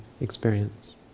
experience